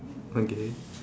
okay